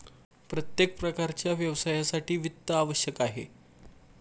प्रत्येक प्रकारच्या व्यवसायासाठी वित्त आवश्यक आहे